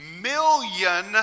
million